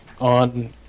on